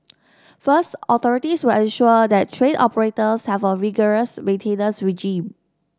first authorities will ensure that train operators have a rigorous maintenance regime